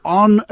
on